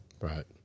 Right